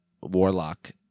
warlock